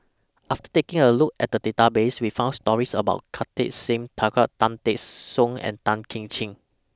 after taking A Look At The Database We found stories about Kartar Singh Thakral Tan Teck Soon and Tan Kim Ching